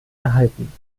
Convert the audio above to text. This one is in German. erhalten